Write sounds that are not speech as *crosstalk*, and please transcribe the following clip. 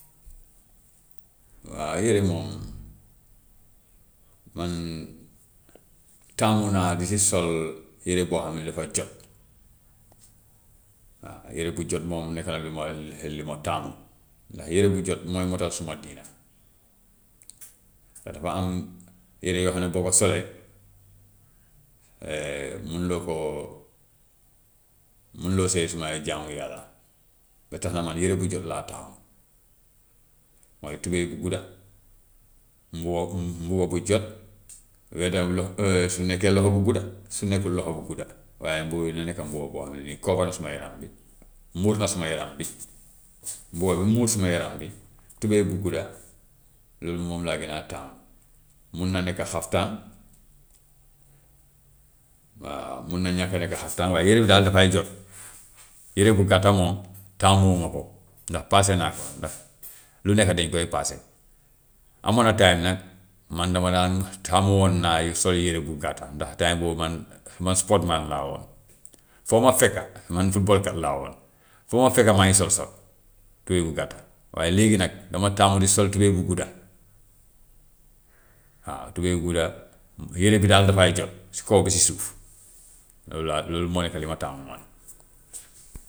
Waa yére moom man taamu naa di si sol yére boo xam ne dafa jot, waa yére bu jot moom nekk na li ma li ma taamu, ndax yére bu jot mooy motal suma diine *noise* te dafa am yére yoo xam ne boo ko solee *hesitation* munu loo koo, munu loo see sumay jaamu yàlla ba tax na man yére bu jot laa taamu, mooy tubëy bu gudda, mbuba mbuba bu jot waaye tam lox- *hesitation* su nekkee loxo bu gudda, su nekkul loxo bu gudda, waaye mbubu bi na nekka mbuba boo xam ne nii cover na suma yaram bi, muur na sama yaram bi *noise* mbuba bi muur suma yaram bi, tubëy bu gudda loolu moom laa gën a taamu, mun na nekk xaftaan, waaw mun na ñàkk a nekk xaftaan waaye yére bi daal dafay jot *noise* yére bu gàtta moom taamuwuma ko ndax paase naa ko *noise* ndax lu nekk dañ koy paase. Amoon na time nag man dama daan taamu woon naa sol yére bu gàtta ndax time boobu man sport man laa woon, foo ma fekka man futbalkat laa woon, foo ma fekka maa ngi sol short tubëy bu gàtta, waaye léegi nag dama taamu di sol tubëy bi gudda waaw tubëy bu gudda yére bi daal dafay jot si kaw ba si suuf, loolu laa loolu moo nekk li ma taamu man. *noise*